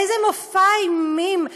איזה מופע אימים.